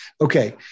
Okay